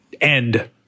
end